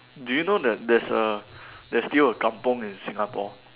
do you know that there's a there's still a kampung in Singapore